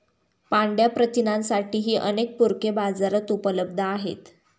पांढया प्रथिनांसाठीही अनेक पूरके बाजारात उपलब्ध आहेत